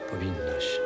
Powinnaś